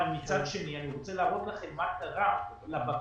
מצד שני אני רוצה להראות לכם מה קרה לבקשות.